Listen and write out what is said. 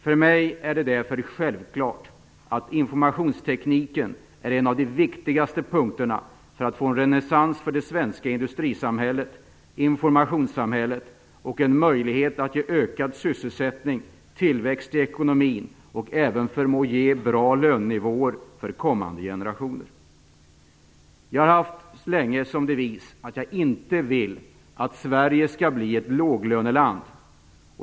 För mig är det självklart att informationstekniken är en av de viktigaste punkterna för att åstadkomma en renässans av det svenska industrisamhället. Den ger en möjlighet att öka sysselsättningen, få tillväxt i ekonomin och även till bra lönenivåer för kommande generationer. Jag har länge haft som devis att Sverige inte skall bli ett låglöneland.